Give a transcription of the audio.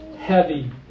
heavy